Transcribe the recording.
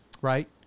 Right